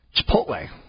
Chipotle